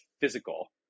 physical